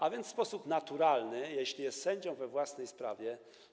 A więc w sposób naturalny jest sędzią we własnej stawie.